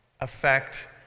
affect